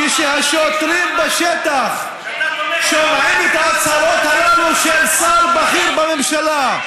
כשהשוטרים בשטח שומעים את ההצהרות הללו של שר בכיר בממשלה,